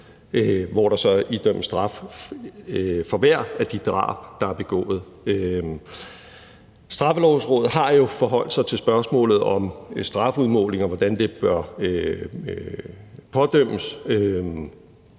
hvor der så idømmes straf for hvert drab, der er begået. Straffelovsrådet har jo forholdt sig til spørgsmål om strafudmåling, og hvordan det bør pådømmes,